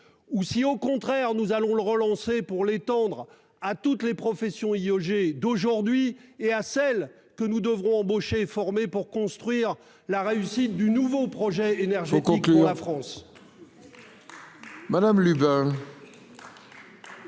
ou si, au contraire, nous allons le relancer pour l'étendre à toutes les professions IEG d'aujourd'hui et à celles que nous devrons embaucher et former pour construire la réussite du nouveau projet énergétique pour la France.